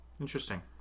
Interesting